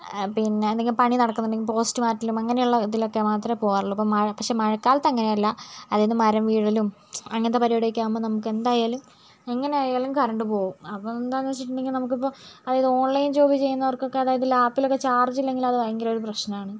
പിന്നെ എന്തെങ്കിലും പണി നടക്കുന്നുണ്ടെങ്കിൽ പോസ്റ്റ് മാറ്റലും അങ്ങനെയുള്ള ഇതിലൊക്കെ മാത്രമെ പോകാറുള്ളൂ ഇപ്പം മഴ പക്ഷെ മഴകാലത്ത് അങ്ങനെയല്ല അതായത് മരം വീഴലും അങ്ങനത്തെ പരുപാടി ഒക്കെ ആകുമ്പം നമുക്ക് എന്തായാലും എങ്ങനെയായാലും കറണ്ട് പോകും അപ്പൊ എന്താ എന്ന് വെച്ചിട്ടുണ്ടേല് നമുക്ക് ഇപ്പൊ അതായത് ഓൺലൈൻ ജോലി ചെയ്യുന്നവർക്കൊക്കെ അതായത് ലാപ്പിൽ ഒക്കെ ചാർജ് ഇല്ലെങ്കിൽ അത് ഭയങ്കര ഒരു പ്രശ്നമാണ്